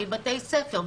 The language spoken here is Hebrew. מבתי הספר,